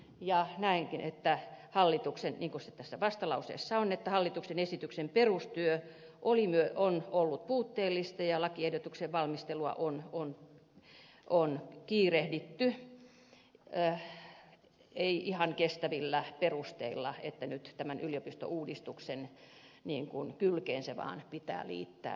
ja näenkin niin kuin se tässä vastalauseessa on että hallituksen esityksen perustyö on ollut puutteellista ja lakiehdotuksen valmistelua on kiirehditty eikä ihan kestävästi ole perusteltu että nyt tämän yliopistouudistuksen kylkeen se vaan pitää liittää